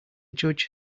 judge